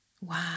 wow